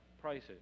prices